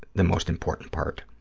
the most important part.